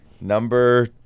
Number